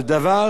אבל הדבר